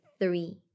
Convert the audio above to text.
three